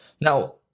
Now